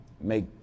make